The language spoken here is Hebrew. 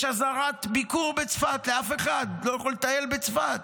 יש אזהרת ביקור בצפת ואף אחד לא יכול לטייל בצפת.